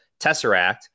Tesseract